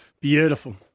Beautiful